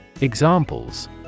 Examples